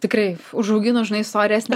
tikrai užaugino žinai storesnę